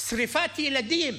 שרפת ילדים.